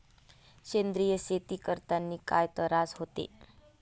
सेंद्रिय शेती करतांनी काय तरास होते?